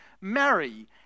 marry